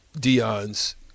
Dion's